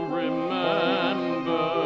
remember